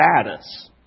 status